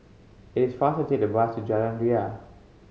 it is faster to take the bus to Jalan Ria